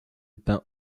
peint